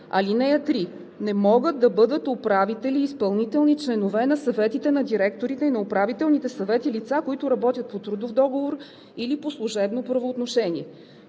20. (3) Не могат да бъдат управители изпълнителни членове на съветите на директорите и на управителните съвети лица, които работят по трудов договор или по служебно правоотношение.“